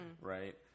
right